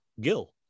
Gil